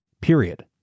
period